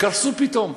קרסו פתאום.